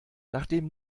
nachdem